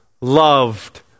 loved